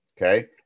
Okay